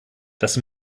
das